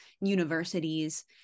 universities